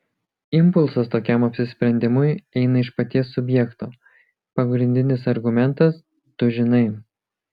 impulsas tokiam apsisprendimui eina iš paties subjekto pagrindinis argumentas tu žinai